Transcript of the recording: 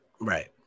Right